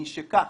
משכך,